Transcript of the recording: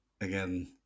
again